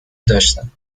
داشتم